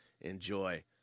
enjoy